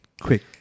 quick